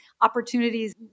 opportunities